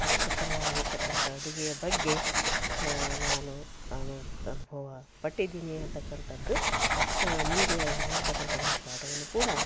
ಕಷ್ಟಕರವಾಗಿರತಕ್ಕಂಥ ಅಡುಗೆಯ ಬಗ್ಗೆ ನಾನು ಅವಾಗ ಅನುಭವಪಟ್ಟಿದೀನಿ ಅಂತಕ್ಕಂಥದ್ದು ಮುಂದೆ ಅದು ಮಾಡ್ತಕ್ಕಂಥ ಒಂದು ಪಾಠವನ್ನು ಕೂಡ